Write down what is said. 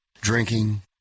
Drinking